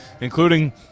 including